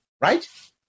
right